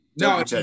No